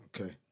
Okay